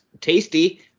tasty